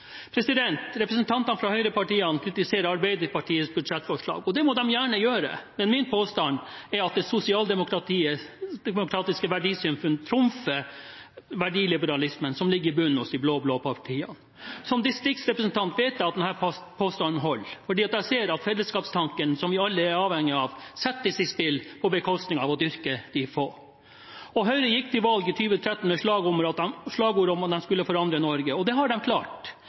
Representantene fra høyrepartiene kritiserer Arbeiderpartiets budsjettforslag. Det må de gjerne gjøre, men min påstand er at det sosialdemokratiske verdisyn trumfer verdiliberalismen som ligger i bunn hos de blå-blå partiene. Som distriktsrepresentant vet jeg at denne påstanden holder, fordi jeg ser at fellesskapstanken som vi alle er avhengige av, settes i spill på bekostning av å dyrke de få. Høyre gikk til valg i 2013 med slagord om at de skulle forandre Norge. Det har de klart.